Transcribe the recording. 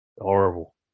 horrible